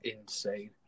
insane